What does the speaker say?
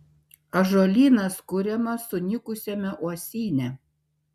ąžuolynas kuriamas sunykusiame uosyne